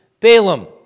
Balaam